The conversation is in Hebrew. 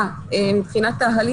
במקום אחד יש מושג שנקרא "רשם"